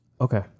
Okay